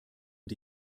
und